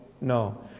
No